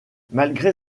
malgré